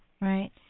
right